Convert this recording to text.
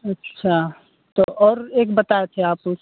अच्छा तो और एक बताए थे आप उस